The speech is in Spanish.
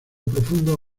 profundos